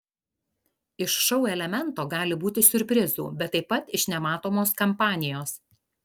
iš šou elemento gali būti siurprizų bet taip pat iš nematomos kampanijos